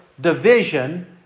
division